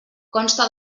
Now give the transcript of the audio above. consta